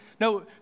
No